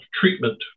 treatment